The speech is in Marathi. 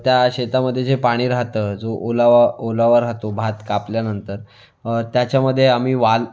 त्या शेतामध्ये जे पाणी राहतं जो ओलावा ओलावा राहतो भात कापल्यानंतर त्याच्यामध्ये आम्ही वाल